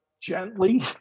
gently